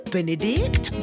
Benedict